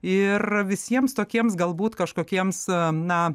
ir visiems tokiems galbūt kažkokiems na